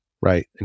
right